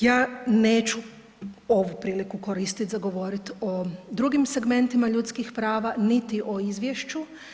Ja neću ovu priliku koristiti za govoriti o drugim segmentima ljudskih prava niti o izvješću.